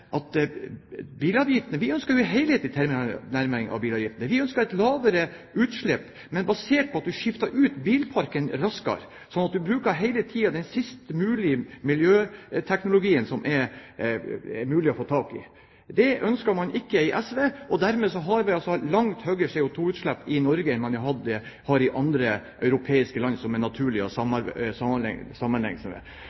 vi ønsker en helhetlig tilnærming til bilavgiftene. Vi ønsker et lavere utslipp, men basert på at en skifter ut bilparken raskere, slik at en hele tiden bruker den siste miljøteknologien som det er mulig å få tak i. Det ønsker man ikke i SV, og derfor har vi langt høyere CO2-utslipp i Norge enn man har i andre europeiske land som det er naturlig å